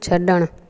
छड॒णु